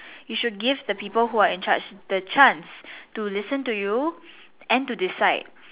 you should give the people who are in charge the chance to listen to you and to decide